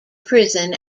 prison